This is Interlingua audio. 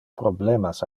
problemas